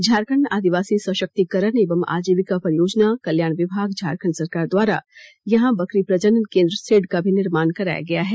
झारखंड आदिवासी सशक्तिकरण एवं आजीविका परियोजना कल्याण विभाग झारखंड सरकार द्वारा यहां बकरी प्रजनन केंद्र सेड का भी निर्माण कराया गया है